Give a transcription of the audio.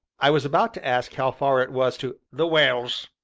i was about to ask how far it was to the wells!